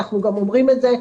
אנחנו גם אומרים את זה,